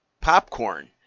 popcorn